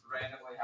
randomly